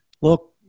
look